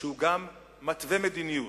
שגם מתווה מדיניות,